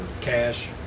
Cash